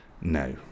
No